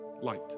light